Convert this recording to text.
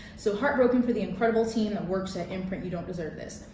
so heartbroken for the incredible team that works at imprint, you don't deserve this.